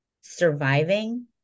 surviving